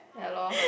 ya lor